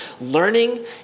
learning